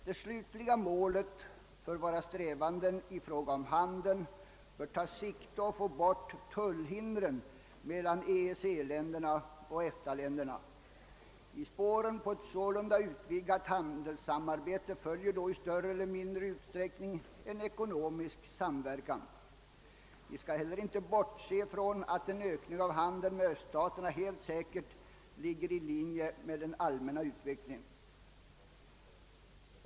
Det slutliga målet för våra strävanden i fråga om handeln bör vara att få bort = tullhindren mellan EEC och EFTA-länderna. I spåren på ett sålunda utvidgat handelssamarbete följer då i större eller mindre utsträckning en ekonomisk samverkan. Vi skall inte heller bortse från att en ökning av handeln med öststaterna helt säkert ligger i linje med den allmänna utvecklingen.